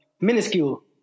minuscule